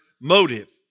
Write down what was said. motive